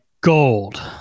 gold